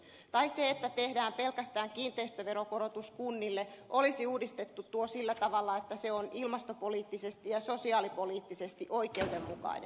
tai kun nyt tehdään pelkästään kiinteistöveron korotus kunnille olisi uudistettu tuo sillä tavalla että se on ilmastopoliittisesti ja sosiaalipoliittisesti oikeudenmukainen